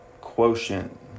quotient